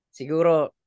Siguro